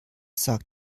sagt